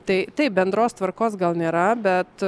tai taip bendros tvarkos gal nėra bet